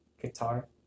guitar